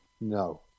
No